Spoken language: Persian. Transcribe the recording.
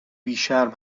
بیشرم